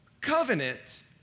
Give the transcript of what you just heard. Covenant